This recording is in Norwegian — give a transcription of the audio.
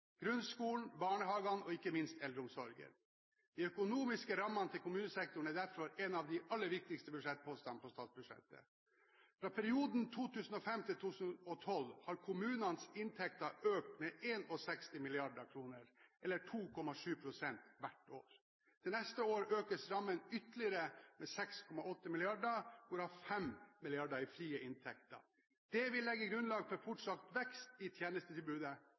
grunnskolen, i barnehagene og ikke minst i eldreomsorgen. De økonomiske rammene til kommunesektoren er derfor en av de aller viktigste budsjettpostene på statsbudsjettet. I perioden 2005–2012 har kommunenes inntekter økt med 61 mrd. kr, eller 2,7 pst. hvert år. Til neste år økes rammen ytterligere med 6,8 mrd. kr, hvorav 5 mrd. kr i frie inntekter. Det vil legge grunnlag for fortsatt vekst i tjenestetilbudet